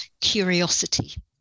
curiosity